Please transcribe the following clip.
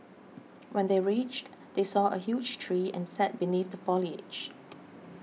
when they reached they saw a huge tree and sat beneath the foliage